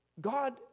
God